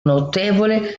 notevole